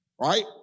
Right